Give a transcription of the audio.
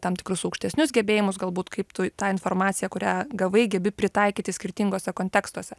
tam tikrus aukštesnius gebėjimus galbūt kaip tu tą informaciją kurią gavai gebi pritaikyti skirtinguose kontekstuose